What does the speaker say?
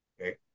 okay